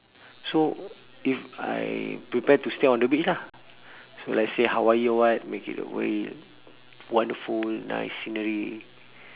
so if I prepare to stay on the beach lah so let's say hawaii or what make it hawaii wonderful nice scenery